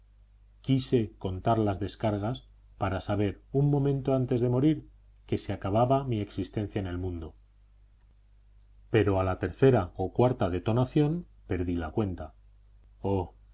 quise contar las descargas para saber un momento antes de morir que se acababa mi existencia en este mundo pero a la tercera o cuarta detonación perdí la cuenta oh